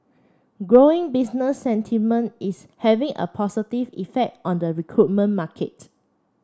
growing business sentiment is having a positive effect on the recruitment market